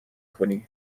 کنی